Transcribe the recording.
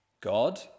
God